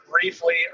briefly